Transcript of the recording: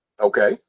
Okay